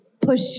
push